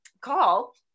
call